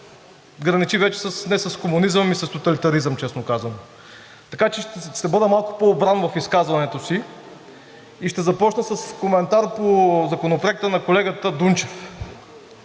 граничи вече не с комунизъм, ами с тоталитаризъм, честно казано. Така че ще бъда малко по-обран в изказването си. Ще започна с коментар по Законопроекта на колегата Дунчев.